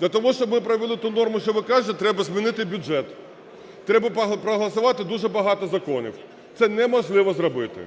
Для того, щоб ми провели ту норму, що ви кажете, треба змінити бюджет, треба проголосувати дуже багато законів. Це неможливо зробити.